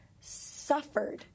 suffered